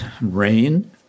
rain